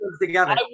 together